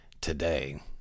today